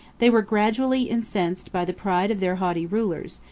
they were gradually incensed by the pride of their haughty rulers,